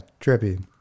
trippy